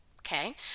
Okay